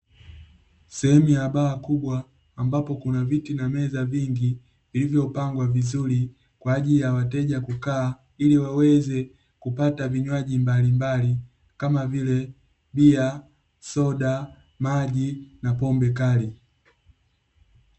Sehemu ya baa kubwa ambapo kuna viti na meza vingi, vilivyopangwa vizuri kwa ajili ya wateja kukaa ili waweze kupata vinywaji mbalimbali, kama vile; bia, soda, maji na pombe kali.